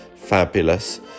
Fabulous